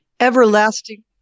Everlasting